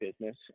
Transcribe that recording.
business